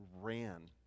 ran